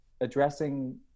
addressing